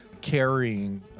carrying